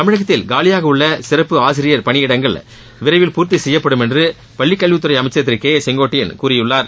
தமிழகத்தில் காலியாக உள்ள சிறப்பு ஆசிரியர் பணியிடங்கள் விரைவில் பூர்த்தி செய்யப்படும் என்று பள்ளிக் கல்வித் துறை அமைச்சர் திரு கே ஏ செங்கோட்டையன் கூறியுள்ளார்